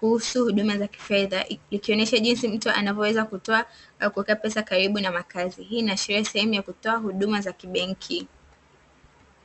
kuhusu huduma za kifedha, ikionyesha jinsi mtu anaweza kutoa na kuweka pesa karibu na makazi. Hii inaashiria sehemu ya kutoa huduma za kibenki.